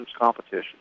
competition